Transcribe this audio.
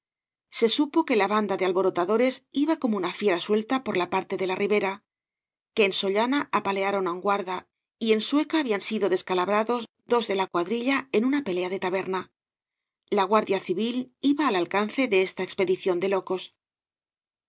se supo que la banda de alborotadores iba como una fiera suelta por la parte de la ribera que en sollana apalearon á un guarda y en sueca habían sido descalabrados dos de la cuadrilla en una pelea de taberna la guardia civil iba al alcance de esta expedición de locos